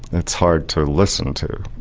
it's hard to listen to,